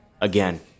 again